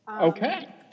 Okay